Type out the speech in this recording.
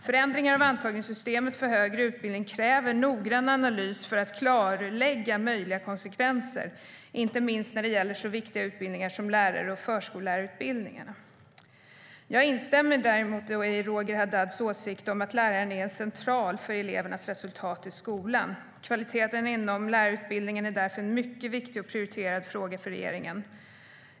Förändringar av antagningssystemet för högre utbildning kräver noggrann analys för att klarlägga möjliga konsekvenser, inte minst när det gäller så viktiga utbildningar som lärar och förskollärarutbildningarna. Jag instämmer i Roger Haddads åsikt att läraren är central för elevernas resultat i skolan. Kvaliteten inom lärarutbildningarna är därför en mycket viktig och prioriterad fråga för regeringen.